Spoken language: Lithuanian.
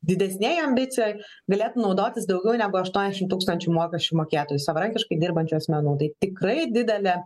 didesnėj ambicijoj galėtų naudotis daugiau negu aštuoniasdešimt tūkstančių mokesčių mokėtojų savarankiškai dirbančių asmenų tai tikrai didelė